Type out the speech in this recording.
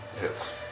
hits